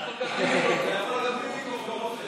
אתה יכול גם בלי מיקרופון.